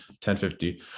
1050